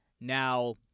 Now